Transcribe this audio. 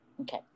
Okay